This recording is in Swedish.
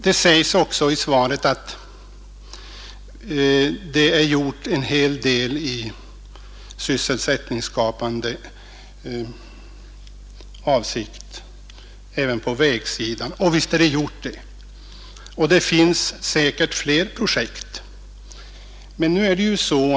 Det sägs också i svaret att en hel del har gjorts i sysselsättningsskapande syfte även på vägområdet, och visst har sådana insatser gjorts. Det finns säkerligen också fler projekt, som bör sättas i gång.